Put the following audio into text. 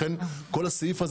לכן אני חושב שכל הסעיף הזה